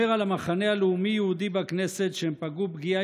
אומר על המחנה הלאומי-יהודי בכנסת שהם פגעו פגיעה